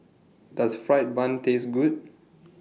Does Fried Bun Taste Good